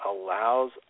allows